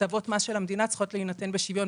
הטבות מס של המדינה צריכות להינתן בשוויון,